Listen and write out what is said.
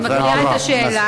תודה רבה.